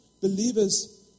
believers